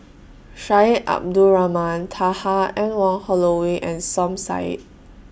Syed Abdulrahman Taha Anne Wong Holloway and Som Said